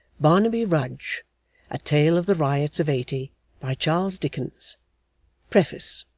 barnaby rudge a tale of the riots of eighty by charles dickens preface